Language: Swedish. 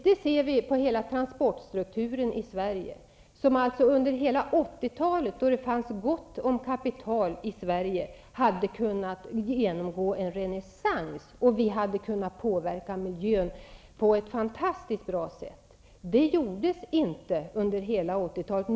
Detta ser vi på hela transsportstrukturen i Sverige, som under hela 80-talet, då det fanns gott om kapital i Sverige, hade kunnat genomgå en renässans, och vi hade kunnat påverka miljön på ett fantastiskt bra sätt. Men det gjordes inte under hela 80-talet.